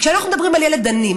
כשאנחנו מדברים על ילד עני,